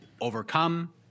overcome